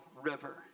River